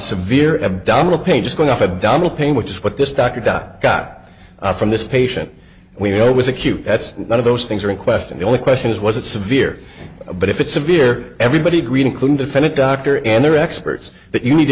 severe abdominal pain just going off abdominal pain which is what this doctor guy got from this patient we know it was acute that's one of those things are in question the only question is was it severe but if it severe everybody agreed including defendant doctor and their experts that you need to